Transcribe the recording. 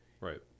Right